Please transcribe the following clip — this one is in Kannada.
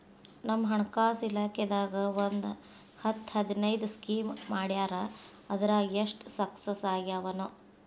ನಮ್ ಹಣಕಾಸ್ ಇಲಾಖೆದಾಗ ಒಂದ್ ಹತ್ತ್ ಹದಿನೈದು ಸ್ಕೇಮ್ ಮಾಡ್ಯಾರ ಅದ್ರಾಗ ಎಷ್ಟ ಸಕ್ಸಸ್ ಆಗ್ಯಾವನೋ